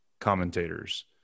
commentators